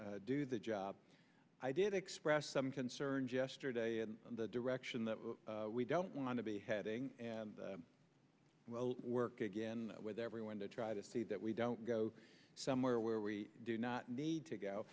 do the job i did express some concerns yesterday in the direction that we don't want to be heading and work again with everyone to try to see that we don't go somewhere where we do not need to go